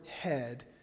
head